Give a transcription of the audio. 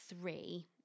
three